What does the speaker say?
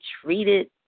treated